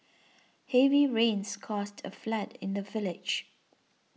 heavy rains caused a flood in the village